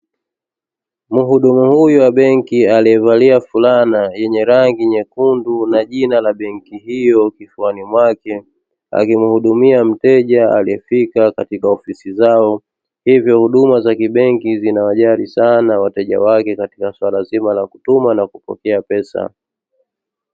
Muhudumu huyu wa benki alivalia fulana yenye rangi nyekundu na jina la benki hiyo kifuani mwake, akimhudumia mteja aliyefika katika ofisi zao hivyo huduma za kibenki zinawajali sana wateja wake katika swala zima la kutumwa na kupokea pesa.